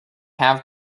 have